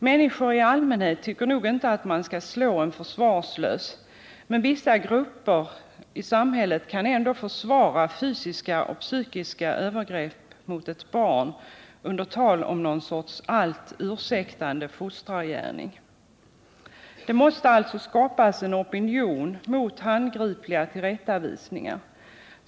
Människor i allmänhet tycker nog inte att man skall slå en försvarslös, men vissa grupper i samhället kan ändå försvara fysiska och psykiska övergrepp mot ett barn under tal om någon sorts allt ursäktande fostrargärning. Det måste alltså skapas en opinion mot handgripliga tillrättavisningar.